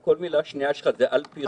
כל מילה שנייה שלך זה "על פי חוק".